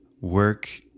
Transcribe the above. work